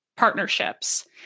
Partnerships